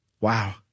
Wow